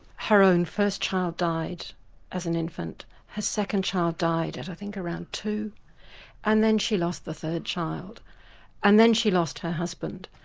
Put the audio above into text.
her own first child died as an infant her second child died at i think around two and then she lost the third child and then she lost her husband.